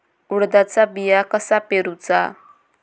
उडदाचा बिया कसा पेरूचा?